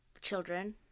children